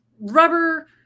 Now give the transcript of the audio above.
rubber